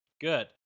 Good